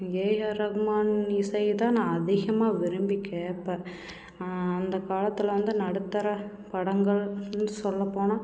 AR Rahman இசையைதான் நான் அதிகமாக விரும்பி கேட்பேன் அந்தக்காலத்தில் வந்து நடுத்தர படங்களென்னு சொல்லப்போனால்